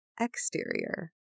exterior